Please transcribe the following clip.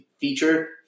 feature